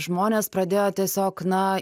žmonės pradėjo tiesiog na